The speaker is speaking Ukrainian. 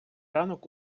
ранок